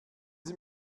sie